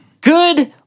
Good